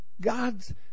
God's